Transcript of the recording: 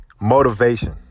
motivation